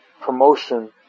promotion